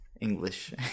English